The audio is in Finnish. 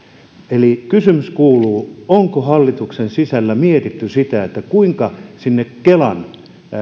eli kysymys kuuluu onko hallituksen sisällä mietitty sitä kuinka sinne kelan